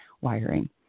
wiring